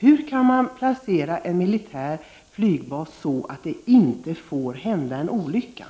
Jag skulle vilja fråga Roine Carlsson: Hur kan man placera en miltär flygbas på sådana områden där det inte får hända någon olycka?